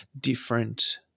different –